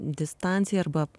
distanciją arba